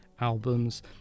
albums